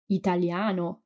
italiano